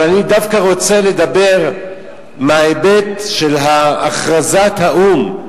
אבל אני דווקא רוצה לדבר מההיבט של הכרזת האו"ם,